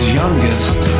youngest